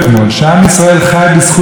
ובלעדיה אין לנו זכות קיום,